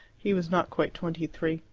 he was not quite twenty-three.